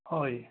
হয়